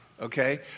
Okay